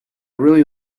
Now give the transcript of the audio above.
really